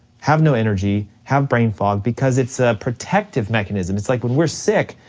have no energy, have brain fog, because it's a protective mechanism. it's like when we're sick,